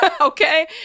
Okay